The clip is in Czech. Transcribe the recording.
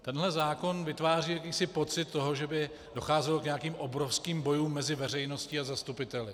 Tenhle zákon vytváří jakýsi pocit toho, že by docházelo k nějakým obrovským bojům mezi veřejností a zastupiteli.